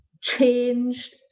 changed